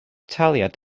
taliad